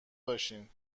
باشین